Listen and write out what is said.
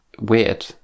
weird